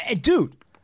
Dude